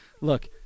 look